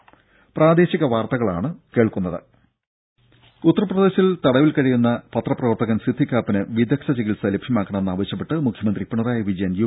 ദേദ ഉത്തർപ്രദേശിൽ തടവിൽ കഴിയുന്ന പത്രപ്രവർത്തകൻ സിദ്ദിഖ് കാപ്പന് വിദഗ്ധ ചികിത്സ ലഭ്യമാക്കണമെന്നാവശ്യപ്പെട്ട് മുഖ്യമന്ത്രി പിണറായി വിജയൻ യു